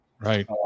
Right